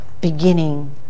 beginning